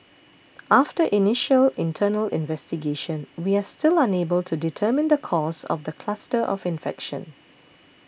after initial internal investigation we are still unable to determine the cause of the cluster of infection